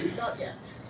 not yet.